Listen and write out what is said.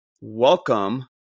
Welcome